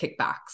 kickbacks